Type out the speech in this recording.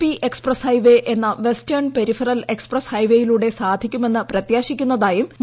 P express highway എന്ന western peripheral express ഹൈവേയിലൂടെ സാധിക്കുമെന്നു പ്രത്യാശിക്കുന്നതായും ശ്രീ